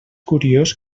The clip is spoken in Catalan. curiós